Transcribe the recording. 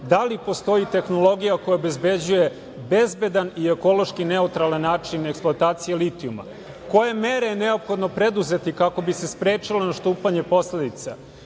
da li postoji tehnologija koja obezbeđuje bezbedan i ekološki neutralan način eksploatacije litijuma, koje mere je neophodno preduzeti da bi se sprečilo nastupanje posledica,